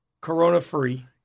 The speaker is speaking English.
corona-free